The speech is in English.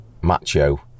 macho